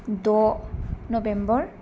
द' नबेम्बर